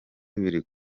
biri